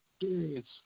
experience